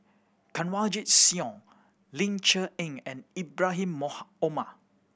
Kanwaljit Soin Ling Cher Eng and Ibrahim Omar